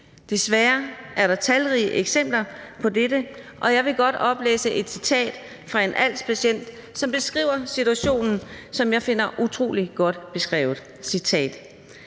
Desværre er der talrige eksempler på dette, og jeg vil godt oplæse et citat fra en als-patient, som beskriver situationen, som jeg finder utrolig godt beskrevet: